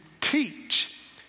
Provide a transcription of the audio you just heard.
teach